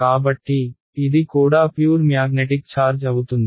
కాబట్టి ఇది కూడా ప్యూర్ మ్యాగ్నెటిక్ ఛార్జ్ అవుతుంది